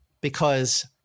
because-